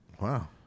Wow